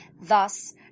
Thus